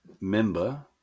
member